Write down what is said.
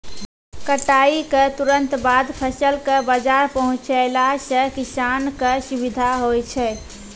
कटाई क तुरंत बाद फसल कॅ बाजार पहुंचैला सें किसान कॅ सुविधा होय छै